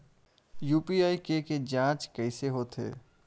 UPI के के जांच कइसे होथे?